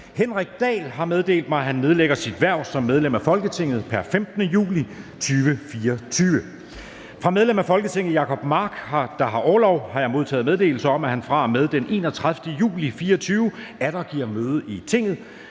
Henrik Dahl (LA) har meddelt mig, at han nedlægger sit hverv som medlem af Folketinget pr. 15. juli 2024. Fra medlem af Folketinget Jacob Mark (SF), der har orlov, har jeg modtaget meddelelse om, at han bare med den 31. juli 2024 atter kan give møde i Tinget.